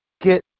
get